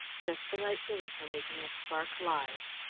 just the right thing for making a spark live.